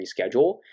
reschedule